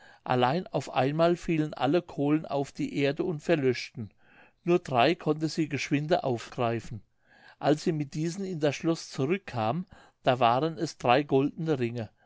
allein auf einmal fielen alle kohlen auf die erde und verlöschten nur drei konnte sie geschwinde aufgreifen als sie mit diesen in das schloß zurückkam da waren es drei goldene ringe